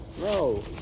No